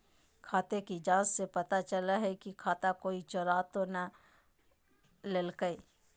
खाते की जाँच से पता चलो हइ की खाता कोई चोरा तो नय लेलकय